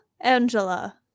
Angela